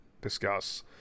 discuss